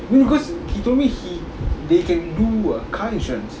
no no cause he told he they can do a car insurance